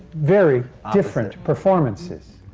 very different performances,